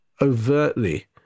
overtly